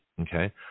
Okay